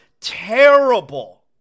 terrible